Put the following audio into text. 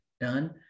done